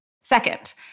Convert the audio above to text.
Second